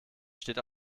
steht